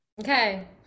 Okay